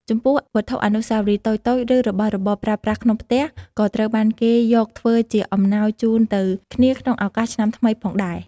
ចំពោះ វត្ថុអនុស្សាវរីយ៍តូចៗ ឬរបស់របរប្រើប្រាស់ក្នុងផ្ទះ ក៏ត្រូវបានគេយកធ្វើជាអំណោយជូនទៅគ្នាក្នុងឱកាសឆ្នាំថ្នីផងដែរ។